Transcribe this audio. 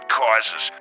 causes